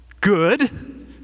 good